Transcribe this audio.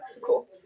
Cool